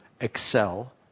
excel